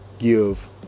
give